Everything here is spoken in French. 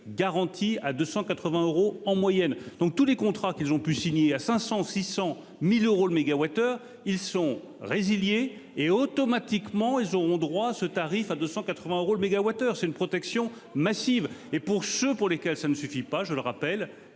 garanti à 280 euros en moyenne. Donc tous les contrats qu'ils ont pu signer à 500 600.000 euros le mégawattheure. Ils sont résiliés et automatiquement, ils auront droit ce tarif à 280 euros le mégawattheure. C'est une protection massive et pour ceux pour lesquels ça ne suffit pas, je le rappelle,